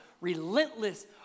relentless